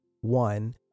one